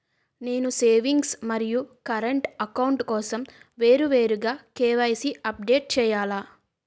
నేను సేవింగ్స్ మరియు current account కోసం వేరువేరుగా కే.వై.సీ అప్డేట్ చేయాలా?